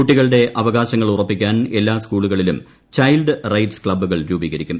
കുട്ടികളുടെ അവകാശങ്ങൾ ഉറപ്പിക്കാൻ എല്ലാ സ്കൂളുകളിലും ചൈൽഡ് റൈറ്റ്സ് ക്ലബ്ബുകൾ രൂപീകരിക്കും